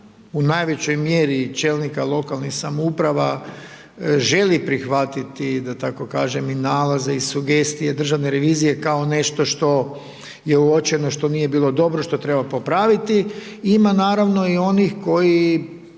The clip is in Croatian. u najvećoj mjeri čelnika lokalnih samouprava, želi prihvatiti, da tako kažem i nalaze i sugestije Državne revizije kao nešto što je uočeno, što nije bilo dobro što treba popraviti. Ima naravno i onih koji